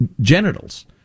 genitals